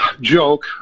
joke